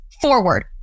forward